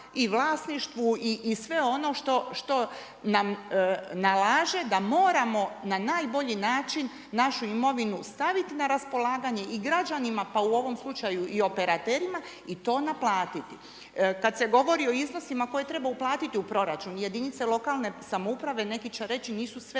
i vlasništvu i sve ono što nam nalaže da moramo na najbolji način našu imovinu staviti na raspolaganje i građanima pa u ovom slučaju i operaterima i to naplatiti. Kada se govori o iznosima koje treba uplatiti u proračun jedinice lokalne samouprave neki će reći nisu sve